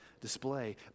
display